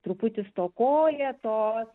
truputį stokoja to